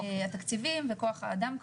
התקציבים וכוח האדם,